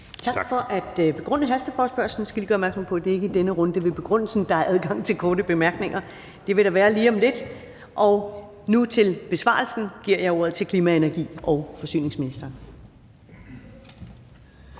Tak for at begrunde hasteforespørgslen. Jeg skal lige gøre opmærksom på, at det ikke er i denne runde under begrundelsen, at der er adgang til korte bemærkninger. Det vil der være lige om lidt. Nu giver jeg ordet til klima-, energi- og forsyningsministeren